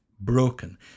broken